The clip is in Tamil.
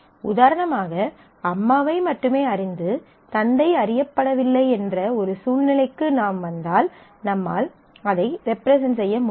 உதாரணமாக அம்மாவை மட்டுமே அறிந்து தந்தை அறியப்படவில்லை என்ற ஒரு சூழ்நிலைக்கு நாம் வந்தால் நம்மால் அதை ரெப்ரசன்ட் செய்ய முடியாது